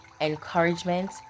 encouragement